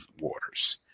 Waters